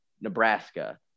Nebraska